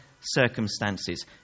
circumstances